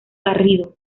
garrido